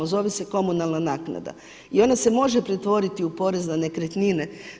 Zove se komunalna naknada i ona se može pretvoriti u porez na nekretnine.